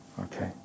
Okay